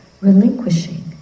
relinquishing